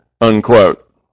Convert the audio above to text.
unquote